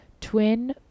twin